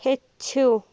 ہیٚچھِو